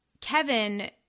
Kevin